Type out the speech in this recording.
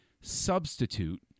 substitute